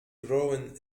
grown